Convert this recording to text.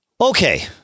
okay